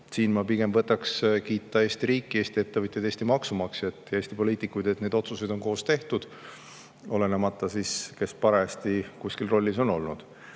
siin ma pigem võtaks kiita Eesti riiki, Eesti ettevõtjaid, Eesti maksumaksjaid ja Eesti poliitikuid, et neid otsuseid on koos tehtud, olenemata sellest, kes parajasti kuskil rollis on